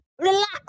Relax